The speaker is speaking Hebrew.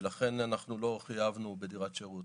ולכן אנחנו לא חייבנו בדירת שירות.